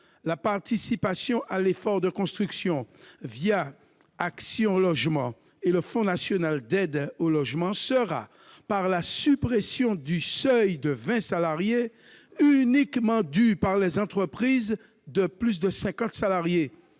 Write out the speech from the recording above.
La participation à l'effort de construction Action logement et le Fonds national d'aide au logement sera, par la suppression de ce seuil, uniquement due par les entreprises de plus de 50 salariés,